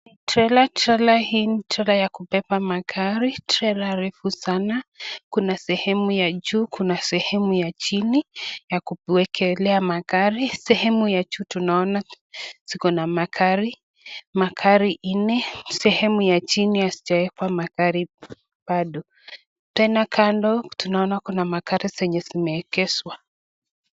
Trela, trela hii ni trela ya kubeba magari, trela refu sana, kuna sehemu ya juu, kuna sehemu ya chini ya kuekelea magari. Sehemu ya juu tunaona zikona magari, magari nne. Sehemu ya chini hazija wekwa magari bado, tena kando tunaona kuna magari zenye zimeegeshwa.